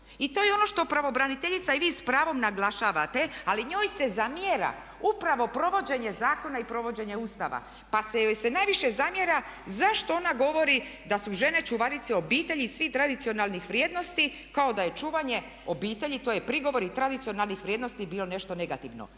i to je ono što pravobraniteljica i vi s pravom naglašavate ali njoj se zamjera upravo provođenje zakona i provođenje Ustava pa se joj se najviše zamjera zašto ona govori da su žene čuvarice obitelji i svih tradicionalnih vrijednosti kao da je čuvanje obitelji, to je prigovor i tradicionalnih vrijednosti bio nešto negativno.